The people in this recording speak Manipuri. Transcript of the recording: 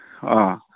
ꯑ